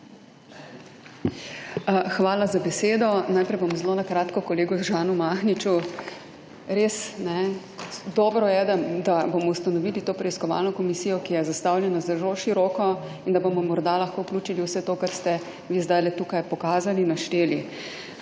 Hvala za besedo. Najprej bom zelo na kratko kolegu Žanu Mahniču. Res, dobro je, da bomo ustanovili to preiskovalno komisijo, ki je zastavljena zelo široko, in da bomo morda lahko vključili vse to kar ste vi zdajle tukaj pokazali, našteli.